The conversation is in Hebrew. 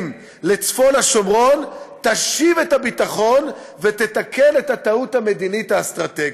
לצפון השומרון תשיב את הביטחון ותתקן את הטעות המדינית והאסטרטגית.